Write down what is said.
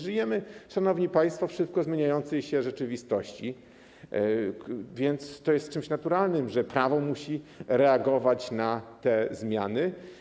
Żyjemy, szanowni państwo, w szybko zmieniającej się rzeczywistości, więc jest czymś naturalnym, że prawo musi reagować na te zmiany.